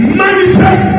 manifest